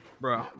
Bro